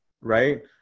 Right